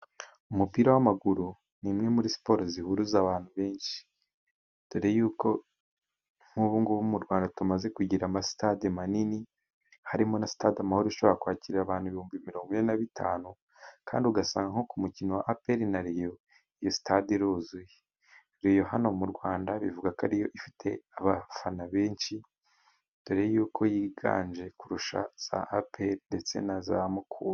Umupira w'amaguru, ni imwe muri siporo zihuruza abantu benshi, dore y'uko nk'ubungubu mu Rwanda tumaze kugira amasitade manini, harimo na sitade Amahoro, ishobora kwakira abantu ibihumbi mirongo ine nabitanu kandi ugasanga, nko ku mukino wa aperi na reyo iyo stade iruzuye, reyo hano mu Rwanda bivugwa ko ariyo ifite abafana benshi , dore yuko yiganje kurusha za aperi ndetse na za mukura.